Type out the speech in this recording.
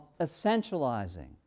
essentializing